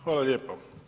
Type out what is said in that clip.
Hvala lijepo.